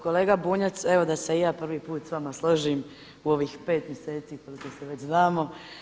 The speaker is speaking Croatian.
Kolega Bunjac, evo da se i ja prvi put s vama složim u ovih pet mjeseci koliko se već znamo.